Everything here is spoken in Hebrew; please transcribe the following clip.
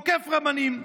עוקף רבנים.